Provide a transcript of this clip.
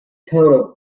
total